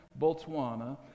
Botswana